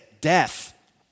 death